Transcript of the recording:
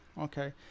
Okay